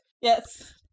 Yes